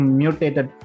mutated